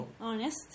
honest